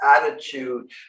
attitude